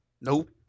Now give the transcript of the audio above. Nope